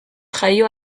jaio